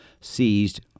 seized